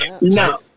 No